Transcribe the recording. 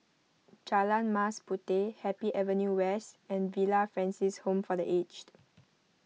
Jalan Mas Puteh Happy Avenue West and Villa Francis Home for the Aged